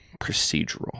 procedural